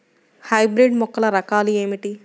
Hybrid మొక్కల రకాలు ఏమిటీ?